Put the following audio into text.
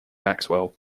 maxwell